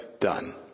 done